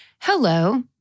Hello